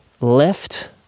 left